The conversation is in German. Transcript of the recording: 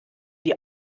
die